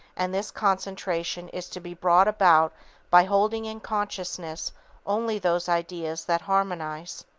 and this concentration is to be brought about by holding in consciousness only those ideas that harmonize.